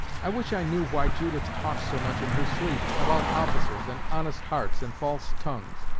i wish i knew why judith talks so much in her sleep, about officers, and honest hearts, and false tongues,